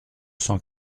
cent